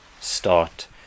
start